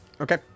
Okay